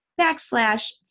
backslash